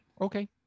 Okay